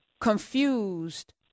confused